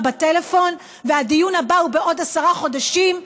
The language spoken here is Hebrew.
בטלפון והדיון הבא הוא בעוד עשרה חודשים,